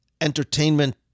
entertainment